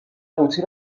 قوطی